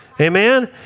Amen